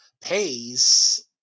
pays